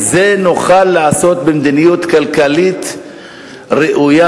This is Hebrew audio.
את זה נוכל לעשות במדיניות כלכלית ראויה,